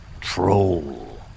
troll